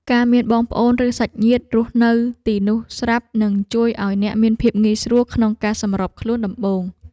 ការមានបងប្អូនឬសាច់ញាតិរស់នៅទីនោះស្រាប់នឹងជួយឱ្យអ្នកមានភាពងាយស្រួលក្នុងការសម្របខ្លួនដំបូង។